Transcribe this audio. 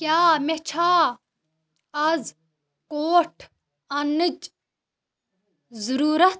کیٛاہ مےٚ چھا آز کوٹھ اننٕچ ضُروٗرتھ